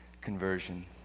conversion